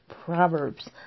Proverbs